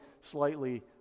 slightly